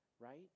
right